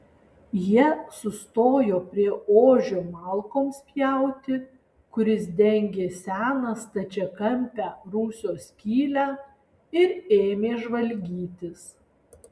jie sustojo prie ožio malkoms pjauti kuris dengė seną stačiakampę rūsio skylę ir ėmė žvalgytis